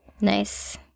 Nice